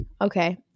Okay